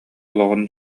олоҕун